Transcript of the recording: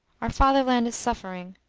our fatherland is suffering,